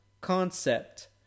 concept